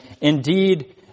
indeed